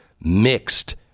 mixed